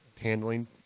handling